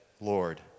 Lord